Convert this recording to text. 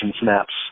snaps